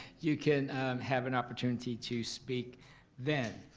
you can have an opportunity to speak then.